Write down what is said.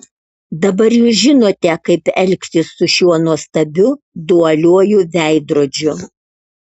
dabar jūs žinote kaip elgtis su šiuo nuostabiu dualiuoju veidrodžiu